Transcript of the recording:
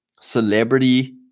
celebrity